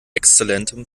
exzellentem